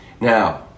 now